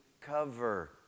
cover